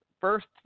first